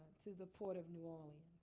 to the port of new orleans.